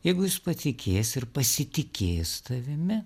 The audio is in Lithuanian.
jeigu jis patikės ir pasitikės tavimi